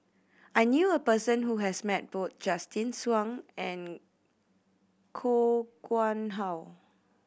I knew a person who has met both Justin Suang and Koh Kuang How